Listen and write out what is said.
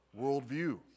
worldview